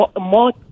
more